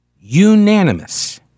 unanimous